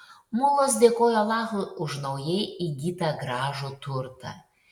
mulos dėkojo alachui už naujai įgytą gražų turtą